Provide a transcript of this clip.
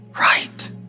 Right